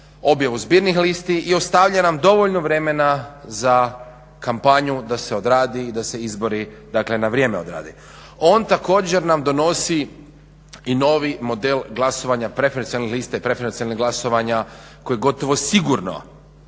objavu zbirnih listi i ostavlja nam dovoljno vremena za kampanju da se odradi i da se izbori na vrijeme odrade. On također nam donosi i novi model glasovanja prefercionalne liste, prefercionalnih glasovanja koji gotovo sigurno